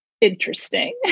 interesting